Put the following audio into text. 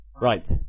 Right